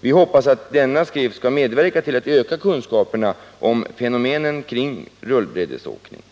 Vi hoppas att denna skrift skall medverka till att öka kunskaperna om fenomenen kring rullbrädesåkningen.